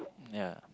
ya